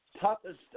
toughest